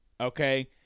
okay